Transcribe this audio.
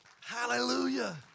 Hallelujah